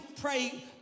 pray